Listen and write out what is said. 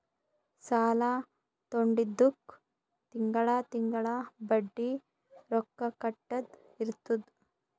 ಸಾಲಾ ತೊಂಡಿದ್ದುಕ್ ತಿಂಗಳಾ ತಿಂಗಳಾ ಬಡ್ಡಿ ರೊಕ್ಕಾ ಕಟ್ಟದ್ ಇರ್ತುದ್